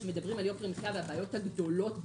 כשמדברים על יוקר המחיה ועל הבעיות הגדולות במשק,